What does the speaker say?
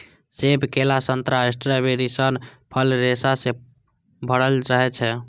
सेब, केला, संतरा, स्ट्रॉबेरी सन फल रेशा सं भरल रहै छै